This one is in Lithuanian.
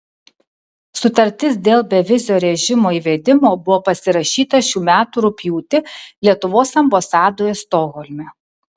sutartis dėl bevizio režimo įvedimo buvo pasirašyta šių metų rugpjūtį lietuvos ambasadoje stokholme